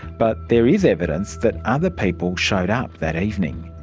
but there is evidence that other people showed up that evening.